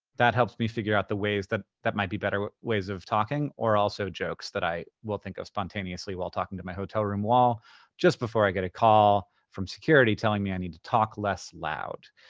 that helps me figure out the ways that that might be better ways of talking, or also jokes that i will think of spontaneously while talking to my hotel room wall just before i get a call from security telling me i need to talk less loud.